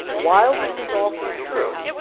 while this is often true,